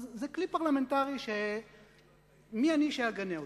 זה כלי פרלמנטרי שמי אני שאגנה אותו.